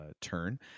turn